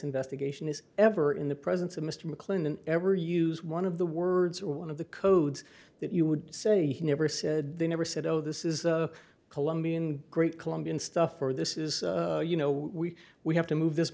investigation is ever in the presence of mr mclean ever use one of the words or one of the codes that you would say he never said they never said oh this is a colombian great colombian stuff or this is you know we we have to move this